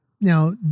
now